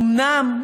אומנם,